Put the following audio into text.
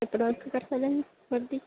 ఎప్పటికి వరకు కట్టాలండి వడ్డీ